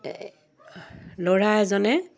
ল'ৰা এজনে